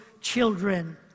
children